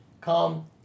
Come